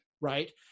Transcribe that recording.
right